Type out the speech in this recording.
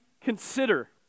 consider